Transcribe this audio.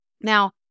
now